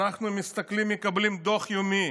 אנחנו מקבלים דוח יומי